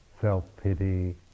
self-pity